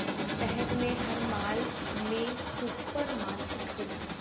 शहर में हर माल में सुपर मार्किट होला